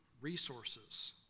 resources